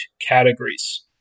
categories